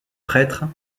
prêtre